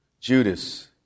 Judas